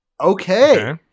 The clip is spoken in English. Okay